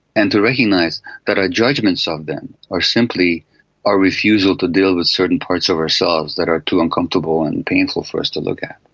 and to recognise that our judgements of them are simply our refusal to deal with certain parts of ourselves that are too uncomfortable and painful for us to look at.